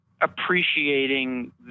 appreciating